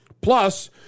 Plus